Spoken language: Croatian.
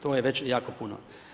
To je već jako puno.